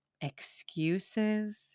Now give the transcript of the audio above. excuses